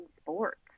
sports